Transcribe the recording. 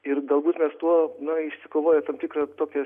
ir galbūt mes tuo na išsikovoję tam tikrą tokią